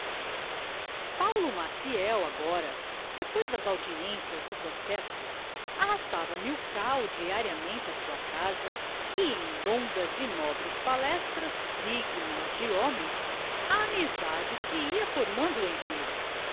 paulo maciel agora depois das audiências do processo arrastava lilkau diariamente á sua casa e em longas e nobres palestras dignas de homens a amizade se ia formando entre elles